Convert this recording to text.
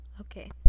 Okay